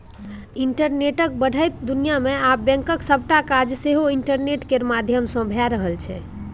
इंटरनेटक बढ़ैत दुनियाँ मे आब बैंकक सबटा काज सेहो इंटरनेट केर माध्यमसँ भए रहल छै